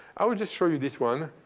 i will just show you this one.